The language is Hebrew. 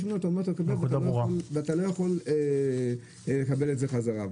ממנו את המס --- ואתה לא יכול לקבל את זה חזרה.